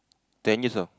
ten years old